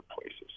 places